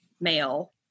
male